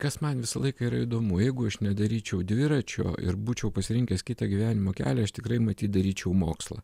kas man visą laiką yra įdomu jeigu aš nedaryčiau dviračio ir būčiau pasirinkęs kitą gyvenimo kelią aš tikrai matyt daryčiau mokslą